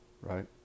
right